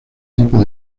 tipo